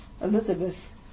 Elizabeth